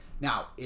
Now